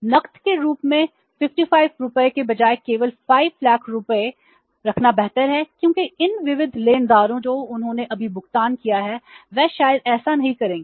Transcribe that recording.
नकद के रूप में 55 रुपये के बजाय केवल 5 लाख रुपये रखना बेहतर है क्योंकि इन विविध लेनदारों जो उन्होंने अभी भुगतान किया है वे शायद ऐसा नहीं करेंगे